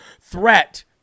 threat